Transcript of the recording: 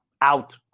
out